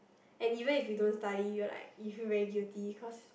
and even if you don't study you're like you feel very guilty cause